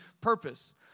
purpose